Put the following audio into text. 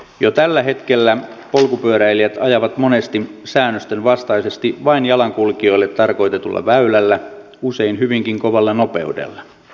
jo tällä hetkellä polkupyöräilijät ajavat monesti säännösten vastaisesti vain jalankulkijoille tarkoitetulla väylällä usein hyvinkin kovalla nopeudella